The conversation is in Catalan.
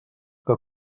que